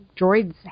droids